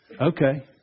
Okay